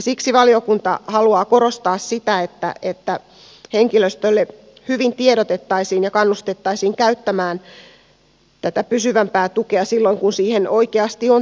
siksi valiokunta haluaa korostaa sitä että henkilöstölle tiedotettaisiin hyvin ja heitä kannustettaisiin käyttämään tätä pysyvämpää tukea silloin kun siihen oikeasti on tarve